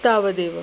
तावदेव